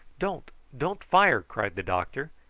don't! don't fire! cried the doctor,